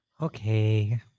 Okay